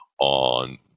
on